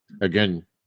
Again